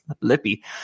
lippy